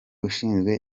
ushinzwe